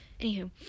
Anywho